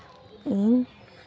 ᱤᱧ